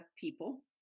people